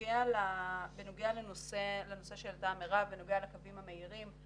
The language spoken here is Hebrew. בנוגע לנושא שהעלתה מירב לגבי הקווים המהירים,